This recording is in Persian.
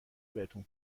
بهتون